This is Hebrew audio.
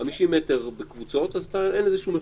50 מטר בקבוצות, אז אין לזה שום אפקט.